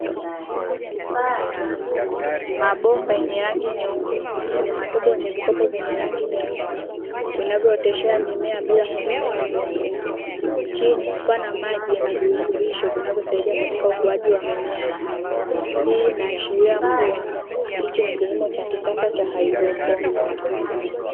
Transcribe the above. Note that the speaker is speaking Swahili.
Mabomba yenye rangi nyeupe yenye matobo yenye vikopo vyenye rangi nyeusi vinavyooteshea mimiea bila kutumia udongo, chini kukiwa na maji nyenye virutubisho vinavyosaidia katika ukuaji wa mimea hiyo. Hii inaashiria kuwa hichi ni kilimo cha kisasa cha haidroponi.